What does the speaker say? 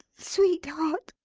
sweet heart!